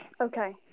Okay